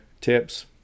tips